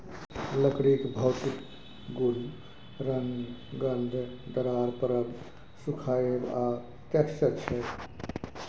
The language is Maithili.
लकड़ीक भौतिक गुण रंग, गंध, दरार परब, सुखाएब आ टैक्सचर छै